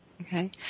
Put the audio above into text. Okay